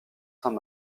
saint